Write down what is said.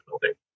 building